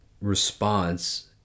response